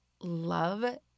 love